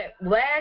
last